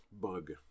bug